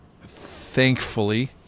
thankfully